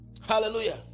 Hallelujah